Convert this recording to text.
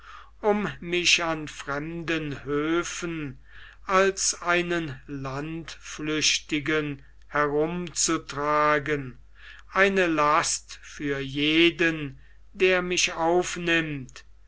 um mich an fremden höfen als einen landflüchtigen herumzutragen eine last für jeden der mich aufnimmt